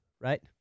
right